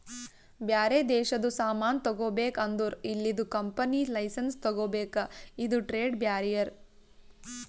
ಬ್ಯಾರೆ ದೇಶದು ಸಾಮಾನ್ ತಗೋಬೇಕ್ ಅಂದುರ್ ಇಲ್ಲಿದು ಕಂಪನಿ ಲೈಸೆನ್ಸ್ ತಗೋಬೇಕ ಇದು ಟ್ರೇಡ್ ಬ್ಯಾರಿಯರ್